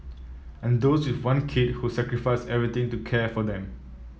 and those with one kid who sacrificed everything to care for them